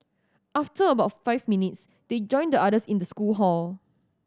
after about five minutes they joined the others in the school hall